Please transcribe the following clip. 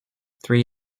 three